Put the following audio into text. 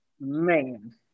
man